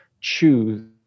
choose